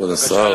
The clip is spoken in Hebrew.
כבוד השר,